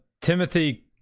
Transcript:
Timothy